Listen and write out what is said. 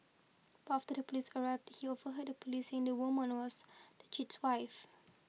but after the police arrived he overheard the police saying the woman was the cheat's wife